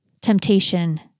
temptation